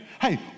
Hey